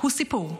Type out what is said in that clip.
הוא סיפור.